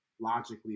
Logically